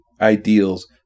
ideals